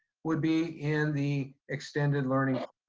would be in the extended learning.